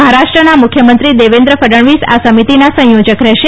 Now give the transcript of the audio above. મહારાષ્ટ્રના મુખ્યમંત્રી દેવેન્દ્ર ફડણવીસ આ સમિતીના સંયોજક રહેશે